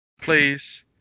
Please